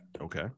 Okay